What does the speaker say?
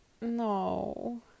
no